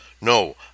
No